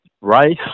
Rice